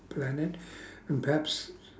planet and perhaps